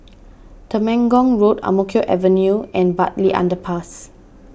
Temenggong Road Ang Mo Kio Avenue and Bartley Underpass